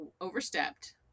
overstepped